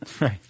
Right